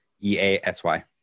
E-A-S-Y